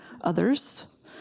others